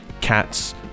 cats